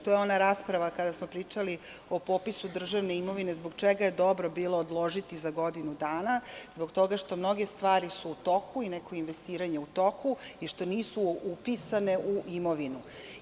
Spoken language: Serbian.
To je ona rasprava kada smo pričali o popisu državne imovine, zbog čega je bilo dobro odložiti za godinu dana, zbog toga što mnoge stvari su u toku i neko investiranje u toku, i što nisu upisane u imovinu.